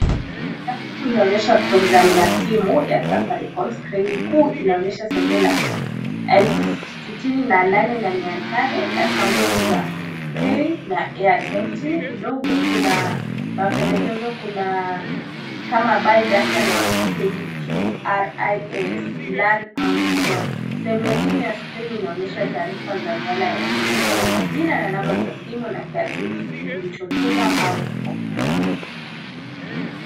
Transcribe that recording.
Skrini ya simu inaonyesha program ya simu ya Safaricom. Skrini kuu inaonyesha salio la elfu sitini na nane na mia tano na chaguzi za pay na airtime . Chini kidogo kuna mapendekezo, kuna kama buy data na KBQRIS learn autocode . Sehemu ya chini ya skrini ianonyesha taarifa za miala ya M-PESA iko na majina na number za simu na kiasi kilichotumwa au kupokewa.